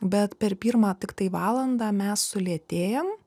bet per pirmą tiktai valandą mes sulėtėjam